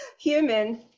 human